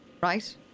right